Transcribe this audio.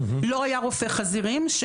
לא היה רופא חזירים.